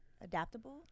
Adaptable